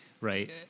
right